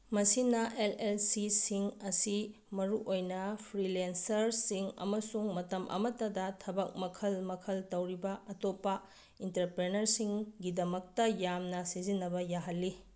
ꯃꯁꯤꯅ ꯑꯦꯜ ꯑꯦꯜ ꯁꯤꯁꯤꯡ ꯑꯁꯤ ꯃꯁꯨꯑꯣꯏꯅ ꯐ꯭ꯔꯤꯂꯦꯟꯁꯔꯁꯤꯡ ꯑꯃꯁꯨꯡ ꯃꯇꯝ ꯑꯃꯠꯇꯗ ꯊꯕꯛ ꯃꯈꯜ ꯃꯈꯜ ꯇꯧꯔꯤꯕ ꯑꯇꯣꯞꯄ ꯏꯟꯇꯔꯄ꯭ꯔꯦꯅꯔꯁꯤꯡꯒꯤꯗꯃꯛꯇ ꯌꯥꯝꯅ ꯁꯤꯖꯤꯟꯅꯕ ꯌꯥꯍꯜꯂꯤ